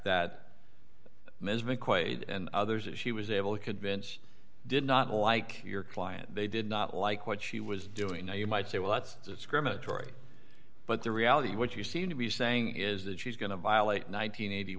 mcquade and others as she was able to convince did not like your client they did not like what she was doing now you might say well that's discriminatory but the reality what you seem to be saying is that she's going to violate nine